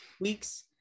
weeks